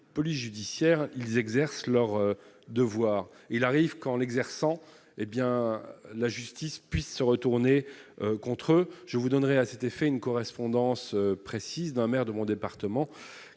police judiciaire, ils exercent leur devoir, il arrive qu'en exerçant, hé bien la justice puisse se retourner contre eux, je vous donnerai à cet effet une correspondance précise d'un maire de mon département,